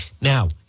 Now